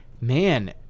Man